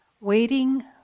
Waiting